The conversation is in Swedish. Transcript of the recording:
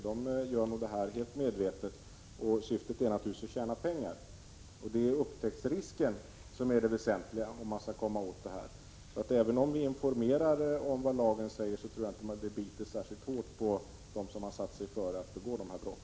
Det gör detta helt medvetet. Syftet är naturligtvis att tjäna pengar. Det är upptäcktsrisken som är det väsentliga om man skall komma åt dessa. Även om vi informerar om vad lagen säger, tror jag inte det biter särskilt hårt på dem som satt sig före att begå dessa brott.